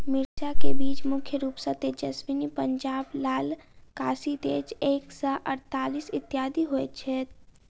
मिर्चा केँ बीज मुख्य रूप सँ तेजस्वनी, पंजाब लाल, काशी तेज एक सै अड़तालीस, इत्यादि होए छैथ?